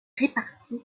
réparti